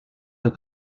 der